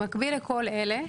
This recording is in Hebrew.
במקביל לכל אלה,